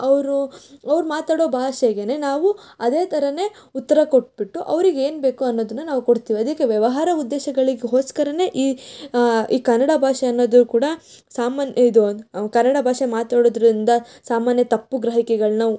ಅವರು ಅವ್ರು ಮಾತಾಡೋ ಭಾಷೆಗೇ ನಾವು ಅದೇ ಥರವೇ ಉತ್ತರ ಕೊಟ್ಟುಬಿಟ್ಟು ಅವ್ರಿಗೆ ಏನು ಬೇಕೋ ಅನ್ನೋದನ್ನು ನಾವು ಕೊಡ್ತೀವಿ ಅದಕ್ಕೆ ವ್ಯವಹಾರ ಉದ್ದೇಶಗಳಿಗೋಸ್ಕರವೇ ಈ ಈ ಕನ್ನಡ ಭಾಷೆ ಅನ್ನೋದು ಕೂಡ ಸಾಮಾನ್ಯ ಇದು ಕನ್ನಡ ಭಾಷೆ ಮಾತಾಡೋದ್ರಿಂದ ಸಾಮಾನ್ಯ ತಪ್ಪು ಗ್ರಹಿಕೆಗಳನ್ನ